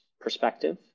perspective